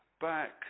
back